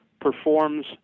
performs